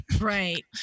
right